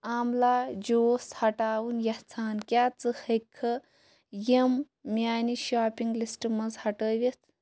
amla juice ہٹاوُن یَژھان کیٛاہ ژٕ ہیٚکِکھٕ یِم میٛانہِ شاپِنٛگ لِسٹہٕ منٛز ہٹٲوِتھ